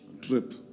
trip